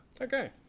Okay